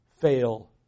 fail